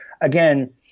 again